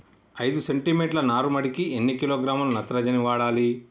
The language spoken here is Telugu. ఐదు సెంటి మీటర్ల నారుమడికి ఎన్ని కిలోగ్రాముల నత్రజని వాడాలి?